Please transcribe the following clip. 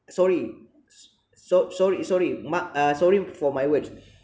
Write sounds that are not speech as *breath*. sorry so~ sorry sorry my uh sorry for my words *breath*